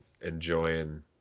enjoying